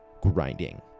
grinding